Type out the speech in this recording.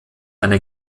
eine